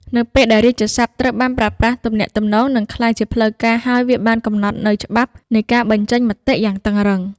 នៅពេលដែលរាជសព្ទត្រូវបានប្រើប្រាស់ ទំនាក់ទំនងនឹងក្លាយជាផ្លូវការ ហើយវាបានកំណត់នូវច្បាប់នៃការបញ្ចេញមតិយ៉ាងតឹងរ៉ឹង។